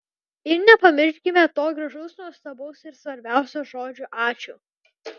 ir nepamirškime to gražaus nuostabaus ir svarbiausio žodžio ačiū